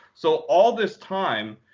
so all this time,